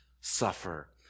suffer